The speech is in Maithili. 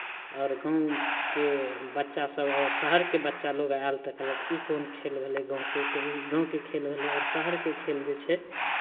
आओर गाँवके बच्चासभ आओर शहरके बच्चा लोक आयल तऽ कहलक ई कोन खेल भेलै गाँवके तऽ गाँवके खेल भेलै आओर शहरके खेल जे छै